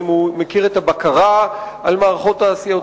האם הוא מכיר את הבקרה על מערכות תעשייתיות?